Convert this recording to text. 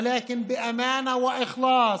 אבל באמונה ובמסירות.